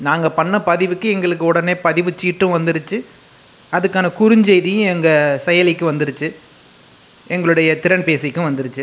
நாங்கள் பண்ண பதிவுக்கு எங்களுக்கு உடனே பதிவு சீட்டும் வந்துருச்சு அதற்கான குறுஞ்செய்தியும் எங்கள் செயலிக்கு வந்துருச்சு எங்களுடைய திறன்பேசிக்கு வந்துருச்சு